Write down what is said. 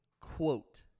quote